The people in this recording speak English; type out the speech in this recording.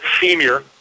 senior